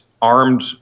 armed